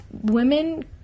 women